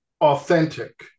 authentic